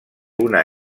una